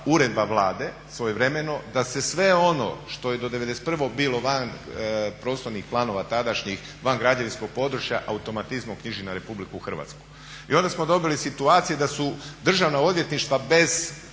uredba Vlade svojevremeno da se sve ono što je do '91. bilo van prostornih planova tadašnjih, van građevinskog područja automatizmom knjiži na Republiku Hrvatsku. I onda smo dobili situacije da su državna odvjetništva bez